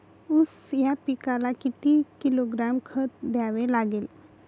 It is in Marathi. ऊस या पिकाला किती किलोग्रॅम खत द्यावे लागेल?